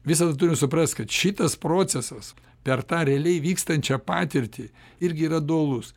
visada turim suprast kad šitas procesas per tą realiai vykstančią patirtį irgi yra dualus